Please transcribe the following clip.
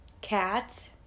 Cats